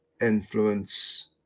influence